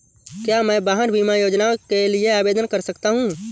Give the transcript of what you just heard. क्या मैं वाहन बीमा योजना के लिए आवेदन कर सकता हूँ?